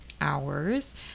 hours